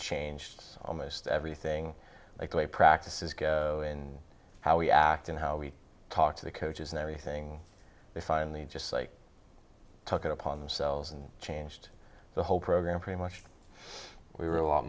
changed almost everything i call a practice is go and how we act and how we talk to the coaches and everything they finally just like took it upon themselves and changed the whole program pretty much we were a lot